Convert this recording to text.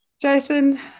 Jason